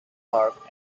park